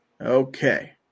Okay